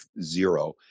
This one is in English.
zero